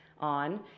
on